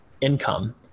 income